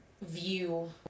view